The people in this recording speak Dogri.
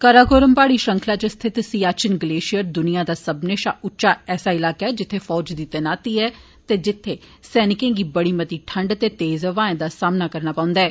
कराकोरम प्हाड़ी श्रृंखला च स्थित सियाचिन ग्लेशियर द्निया दा सब्बने शा उच्चा ऐसा इलाका ऐ जित्थे फौज दी तैनाती ऐ ते जित्थे सैनिकें गी बड़ी मती ठंड ते तेज ब्हाएं दा सामना करना पौंदा ऐ